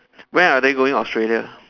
when are they going australia